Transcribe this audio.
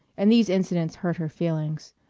and these incidents hurt her feelings.